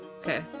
Okay